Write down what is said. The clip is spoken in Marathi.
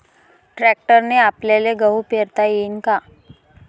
ट्रॅक्टरने आपल्याले गहू पेरता येईन का?